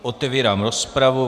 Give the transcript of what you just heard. Otevírám rozpravu.